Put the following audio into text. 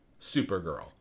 Supergirl